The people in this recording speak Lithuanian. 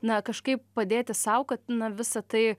na kažkaip padėti sau kad na visa tai